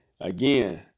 Again